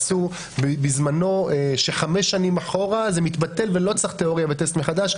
עשו בזמנו שחמש שנים אחורה זה מתבטל ולא צריך תיאוריה וטסט מחדש,